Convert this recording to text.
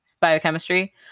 biochemistry